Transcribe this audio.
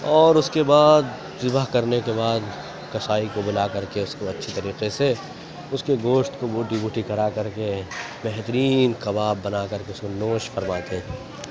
اور اس کے بعد ذبح کرنے کے بعد قصائی کو بلا کر کے اس کو اچھی طریقے سے اس کے گوشت کو بوٹی بوٹی کرا کر کے بہترین کباب بنا کر کے اس کو نوش فرماتے ہیں